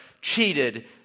cheated